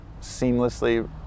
seamlessly